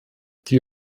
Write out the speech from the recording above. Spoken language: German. die